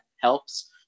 helps